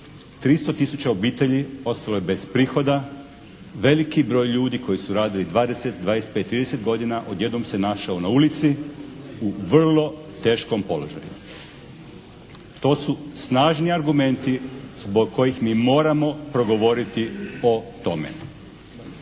300 tisuća obitelji ostalo je bez prihoda, veliki broj ljudi koji su radili 20, 25, 30 godina odjednom se našao na ulici u vrlo teškom položaju. To su snažni argumenti zbog kojih mi moramo progovoriti o tome.